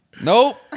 Nope